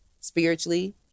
spiritually